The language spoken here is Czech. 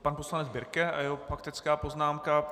Pan poslanec Birke a jeho faktická poznámka.